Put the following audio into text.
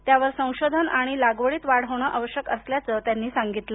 त्यावर संशोधन आणि लागवडीत वाढ होणं आवश्यक असल्याचं त्यांनी सांगितल